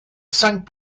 cinq